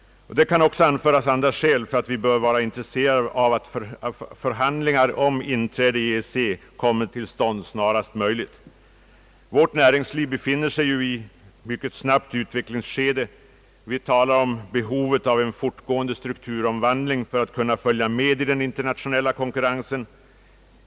Det kan också anföras andra skäl för att vi bör vara intresserade av att förhandlingar om inträde i EEC kommer till stånd snarast möjligt. Vårt näringsliv befinner sig ju i mycket snabb utveckling. Vi talar om behovet av en fortgående strukturomvandling för att kunna följa med i den internationella konkurrensen.